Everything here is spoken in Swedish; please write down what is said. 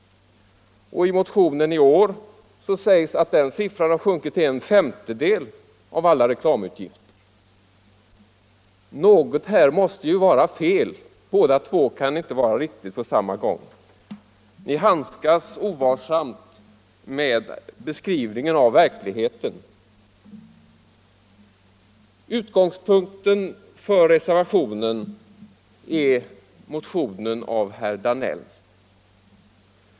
I motionen i år sägs att direktreklamen bara tar i anspråk omkring en femtedel av alla reklamutgifter. Men kan inte ha en särskilt stark expansion och samtidigt en kraftigt sjunkande andel i de totala reklamutgifterna. Ni lämnar motstridande uppgifter och handskas ovarsamt med fakta. Utgångspunkten för reservationen är motionen av herr Danell.